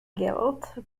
guild